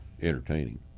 entertaining